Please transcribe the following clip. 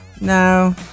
No